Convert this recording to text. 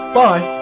bye